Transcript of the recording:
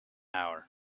hour